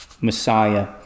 Messiah